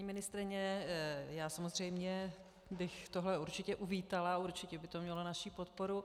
Paní ministryně, já samozřejmě bych tohle určitě uvítala a určitě by to mělo naši podporu.